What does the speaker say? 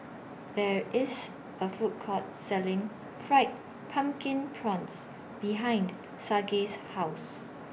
There IS A Food Court Selling Fried Pumpkin Prawns behind Saige's House